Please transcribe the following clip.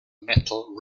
metal